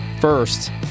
First